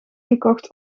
gekocht